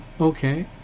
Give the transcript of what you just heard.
Okay